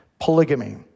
polygamy